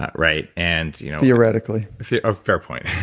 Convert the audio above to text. ah right? and you know theoretically ah fair point.